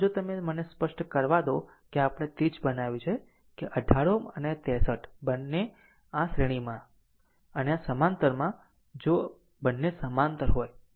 આમ જો તમે મને સ્પષ્ટ કરવા દો કે આપણે તે જ બનાવ્યું છે કે 18 Ω અને 63 અને આ સમાંતર જો આ બંને સમાંતર હોય